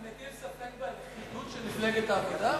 אתה מטיל ספק בלכידות של מפלגת העבודה?